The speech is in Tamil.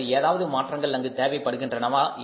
அல்லது ஏதாவது மாற்றங்கள் அங்கு தேவைப்படுகின்றனவா